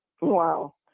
wow